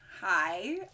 Hi